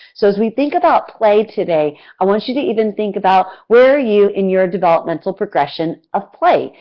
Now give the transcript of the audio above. so as we think about play today i want you to even think about where are you in your developmental progression of play?